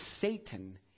Satan